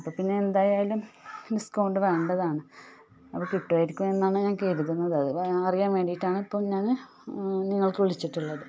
അപ്പം പിന്നെ എന്തായാലും ഡിസ്കൗണ്ട് വേണ്ടതാണ് അപ്പം കിട്ടുമായിരിക്കുമെന്നാണ് ഞാൻ കരുതുന്നത് അത് അറിയാൻ വേണ്ടിയിട്ടാണ് ഇപ്പം ഞാൻ നിങ്ങൾക്കു വിളിച്ചിട്ടുള്ളത്